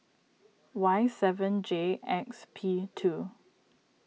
Y seven J X P two